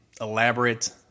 elaborate